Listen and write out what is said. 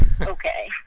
Okay